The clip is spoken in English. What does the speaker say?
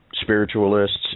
spiritualists